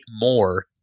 more